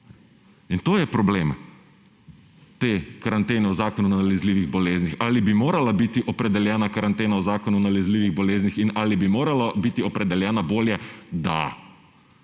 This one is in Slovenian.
In to je problem te karantene v Zakonu o nalezljivih boleznih. Ali bi morala biti opredeljena karantena v Zakonu o nalezljivih boleznih in ali bi morala biti opredeljena bolje? Da!